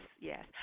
yes